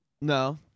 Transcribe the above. no